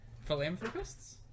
Philanthropists